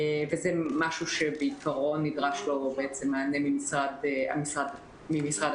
זה משהו שנדרש לו מענה ממשרד הפנים.